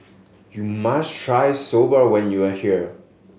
you must try Soba when you are here